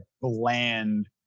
bland